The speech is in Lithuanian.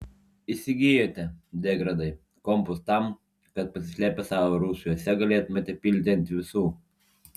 įsigijote degradai kompus tam kad pasislėpę savo rūsiuose galėtumėte pilti ant visų